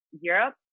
Europe